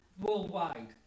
worldwide